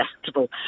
festival